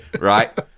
Right